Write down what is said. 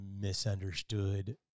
misunderstood –